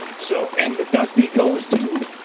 so and the dusty goes to